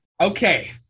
Okay